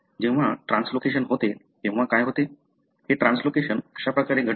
जेव्हा ट्रान्सलोकेशन होते तेव्हा काय होते